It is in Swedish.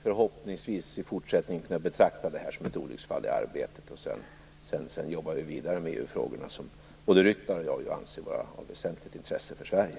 Förhoppningsvis kan vi i fortsättningen betrakta detta som ett olycksfall i arbetet, och sedan jobbar vi vidare med EU-frågorna, som både Ryttar och jag anser vara av väsentligt intresse för Sverige.